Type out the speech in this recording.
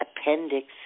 appendix